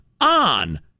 On